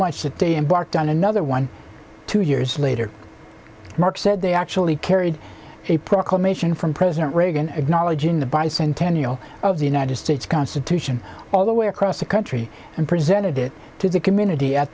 much that they embarked on another one two years later mark said they actually carried a proclamation from president reagan acknowledging the bicentennial of the united states constitution all the way across the country and presented it to the community at